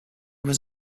was